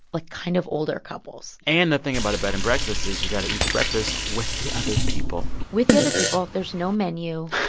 like, kind of older couples and the thing about a bed and breakfast is you got to eat the breakfast with the other people with the other people. there's no menu.